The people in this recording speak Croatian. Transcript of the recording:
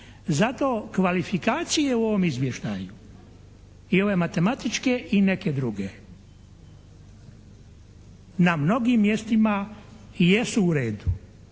Zato kvalifikacije u ovom izvještaju, i ove matematičke i neke druge, na mnogim mjestima i jesu u redu.